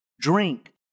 drink